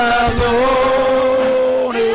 alone